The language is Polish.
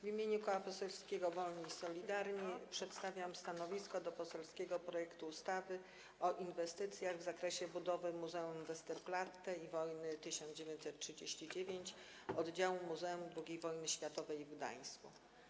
W imieniu Koła Poselskiego Wolni i Solidarni przedstawiam stanowisko wobec poselskiego projektu ustawy o inwestycjach w zakresie budowy Muzeum Westerplatte i Wojny 1939 - Oddziału Muzeum II Wojny Światowej w Gdańsku.